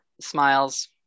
smiles